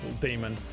demon